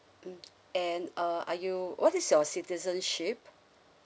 mm and uh are you what is your citizenship